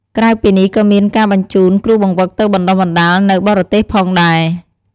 ក្រៅពីនេះក៏មានការបញ្ជូនគ្រូបង្វឹកទៅបណ្ដុះបណ្ដាលនៅបរទេសផងដែរ។